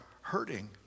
hurting